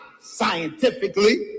scientifically